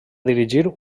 dirigir